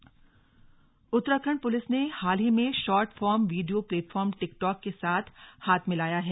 police TikTok Uttarakhand police ने हाल ही में short form video platform TikTok के साथ हाथ मिलाया है